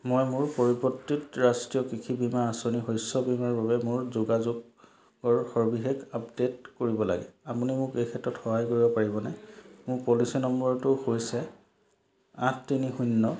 মই মোৰ পৰিৱৰ্তিত ৰাষ্ট্ৰীয় কৃষি বীমা আঁচনি শস্য বীমাৰ বাবে মোৰ যোগাযোগৰ সবিশেষ আপডেট কৰিব লাগে আপুনি মোক এই ক্ষেত্ৰত সহায় কৰিব পাৰিবনে মোৰ পলিচী নম্বৰ হৈছে আঠ তিনি শূন্য